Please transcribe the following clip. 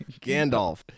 Gandalf